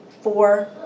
four